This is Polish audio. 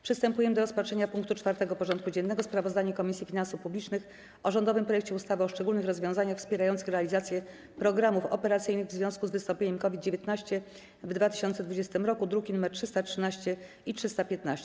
Przystępujemy do rozpatrzenia punktu 4. porządku dziennego: Sprawozdanie Komisji Finansów Publicznych o rządowym projekcie ustawy o szczególnych rozwiązaniach wspierających realizację programów operacyjnych w związku z wystąpieniem COVID-19 w 2020 r. (druki nr 313 i 315)